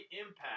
impact